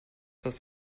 das